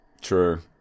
True